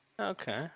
Okay